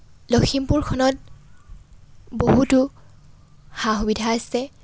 লখিমপুৰখনত বহুতো সা সুবিধা আছে